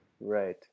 Right